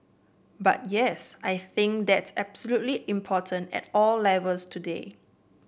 but yes I think that's absolutely important at all levels today